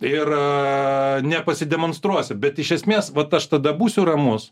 ir nepasidemonstruosi bet iš esmės vat aš tada būsiu ramus